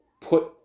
put